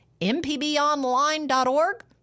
mpbonline.org